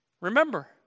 Remember